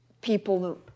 people